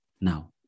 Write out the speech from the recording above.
now